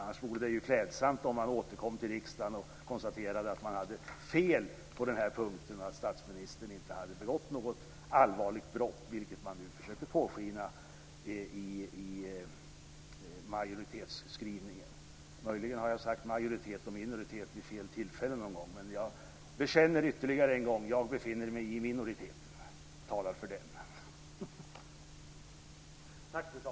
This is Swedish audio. Annars vore det ju klädsamt om man återkom till riksdagen och konstaterade att man hade fel på den här punkten och att statsministern inte har begått något allvarligt brott, vilket man nu försöker påskina i majoritetsskrivningen. Möjligen har jag sagt majoritet och minoritet vid fel tillfällen, men jag bekänner ytterligare en gång att jag befinner mig i minoriteten och talar för den.